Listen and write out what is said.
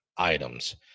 Items